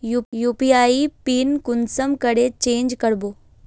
UPI pin कुंसम करे change करबो?